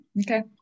Okay